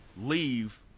leave